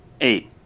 eight